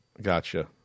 Gotcha